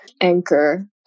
anchor